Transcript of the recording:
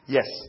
Yes